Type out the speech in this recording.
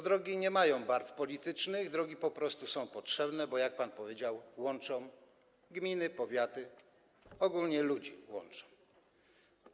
Drogi nie mają barw politycznych, drogi po prostu są potrzebne, bo jak pan powiedział, łączą gminy, powiaty, ogólnie łączą ludzi.